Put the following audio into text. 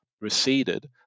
receded